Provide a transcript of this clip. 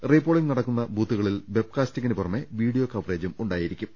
repolling നടക്കുന്ന ബൂത്തുകളിൽ വെബ്കാസ്റ്റിംഗിന് പുറമെ വീഡിയോ കവറേജും ഉണ്ടാകും